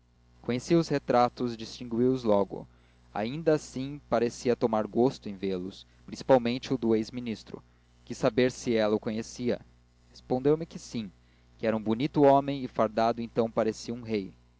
conhecia os retratos distinguiu os logo ainda assim parecia tomar gosto em vê-los principalmente o do ex ministro quis saber se ela o conhecia respondeu-me que sim que era um bonito homem e fardado então parecia um rei